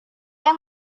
yang